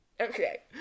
okay